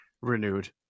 renewed